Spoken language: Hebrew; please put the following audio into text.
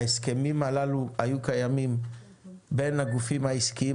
ההסכמים הללו היו קיימים בין הגופים העסקיים